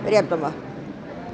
पर्याप्तं वा